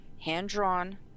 hand-drawn